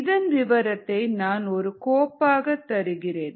இதன் விவரத்தை நான் ஒரு கோப்பாக தருகிறேன்